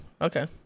Okay